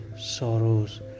sorrows